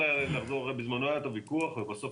בזמנו היה את הוויכוח ובסוף